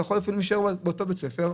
אתה אפילו יכול להישאר באותו בית ספר.